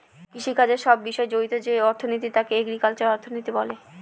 কৃষিকাজের সব বিষয় জড়িত যে অর্থনীতি তাকে এগ্রিকালচারাল অর্থনীতি বলে